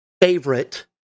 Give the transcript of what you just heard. favorite